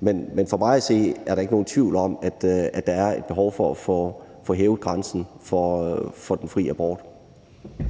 Men for mig at se er der ikke nogen tvivl om, at der er et behov for at få hævet grænsen for den fri abort.